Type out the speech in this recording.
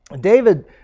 David